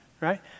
right